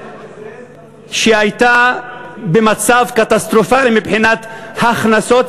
שהייתה במצב קטסטרופלי מבחינת הכנסות,